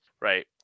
right